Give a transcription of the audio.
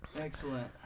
Excellent